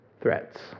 threats